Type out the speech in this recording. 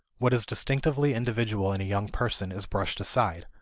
what is distinctively individual in a young person is brushed aside,